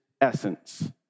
essence